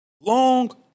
Long